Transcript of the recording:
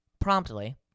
promptly